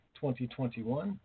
2021